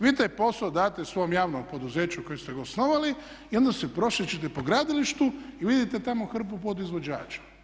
Vi taj posao date svom javnom poduzeću kojega ste osnovali i onda se prošećete po gradilištu i vidite tamo hrpu podizvođača.